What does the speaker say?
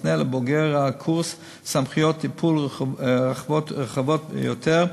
המקנה לבוגר הקורס סמכויות טיפול רחבות יותר,